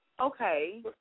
Okay